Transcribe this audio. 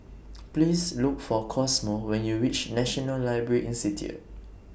Please Look For Cosmo when YOU REACH National Library Institute